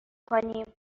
کنیم